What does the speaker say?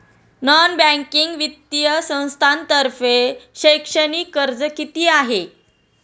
Non banking वित्तीय संस्थांतर्फे शैक्षणिक कर्ज किती आहे?